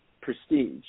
prestige